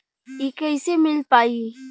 इ कईसे मिल पाई?